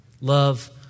Love